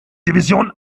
division